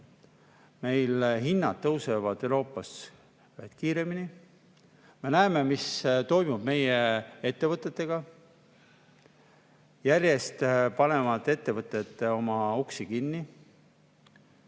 Meil hinnad tõusevad Euroopas kõige kiiremini. Me näeme, mis toimub meie ettevõtetega: järjest panevad ettevõtted oma uksi kinni.